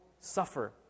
suffer